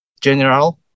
general